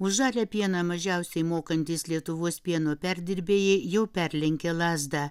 už žalią pieną mažiausiai mokantys lietuvos pieno perdirbėjai jau perlenkė lazdą